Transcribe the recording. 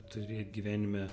turėt gyvenime